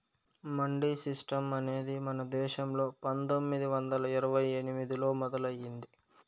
mandi system అనేది మన దేశంలో పందొమ్మిది వందల ఇరవై ఎనిమిదిలో మొదలయ్యింది